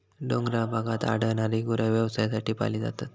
डोंगराळ भागात आढळणारी गुरा व्यवसायासाठी पाळली जातात